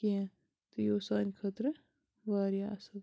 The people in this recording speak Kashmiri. کینٛہہ تہٕ یہِ اوس سانہِ خٲطرٕ واریاہ اصٕل